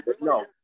No